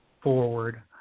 forward